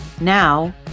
Now